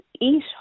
eat